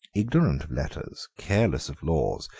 ignorant of letters, careless of laws,